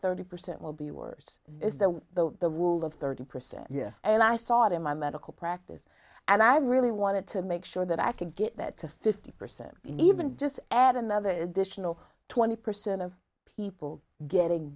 thirty percent will be worse is that the the rule of thirty percent year and i saw it in my medical practice and i really wanted to make sure that i could get that to fifty percent even just add another additional twenty percent of people getting